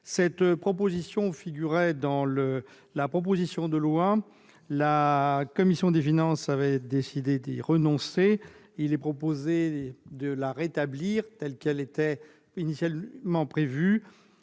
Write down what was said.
Cette disposition figurait dans la proposition de loi initiale. La commission des finances avait décidé d'y renoncer. Nous proposons de la rétablir telle qu'elle était initialement prévue.